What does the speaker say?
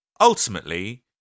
Ultimately